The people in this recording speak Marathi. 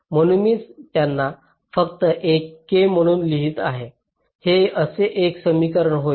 म्हणून मी त्यांना फक्त एक K म्हणून लिहीत आहे हे असे एक समीकरण होईल